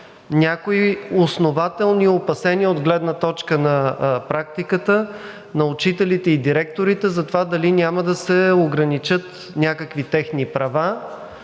някои основателни опасения от гледна точка на практиката на учителите и директорите за това дали няма да се ограничат някакви техни права.